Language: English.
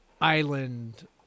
island